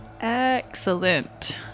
Excellent